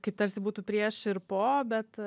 kaip tarsi būtų prieš ir po bet